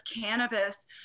cannabis